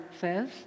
says